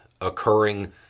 occurring